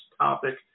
topic